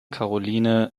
caroline